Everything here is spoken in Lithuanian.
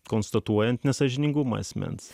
konstatuojant nesąžiningumą asmens